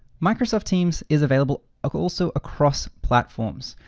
microsoft teams is available ah also across platforms.